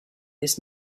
this